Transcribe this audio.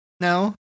No